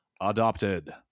adopted